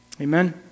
Amen